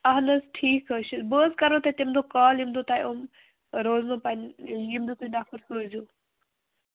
اَہَن حظ ٹھیٖک حظ چھُ بہٕ حظ کرہو تۄہہِ تَمہِ دۄہہ کال ییٚمہِ دۄہہ تُہۍ یِاُم روزنو پنٕنہِ یم مےٚ تۅہہِ نَفَر سوٗزِو